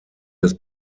des